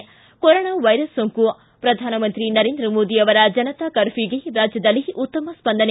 corona virus ಸೋಂಕು ಪ್ರಧಾನಮಂತ್ರಿ ನರೇಂದ್ರ ಮೋದಿ ಅವರ ಜನತಾ ಕರ್ಫ್ಯೂಗೆ ರಾಜ್ಯದಲ್ಲಿ ಉತ್ತಮ ಸ್ವಂದನೆ